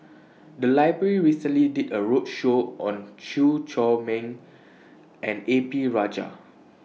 The Library recently did A roadshow on Chew Chor Meng and A P Rajah